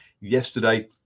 yesterday